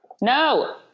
No